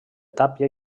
tàpia